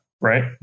right